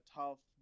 tough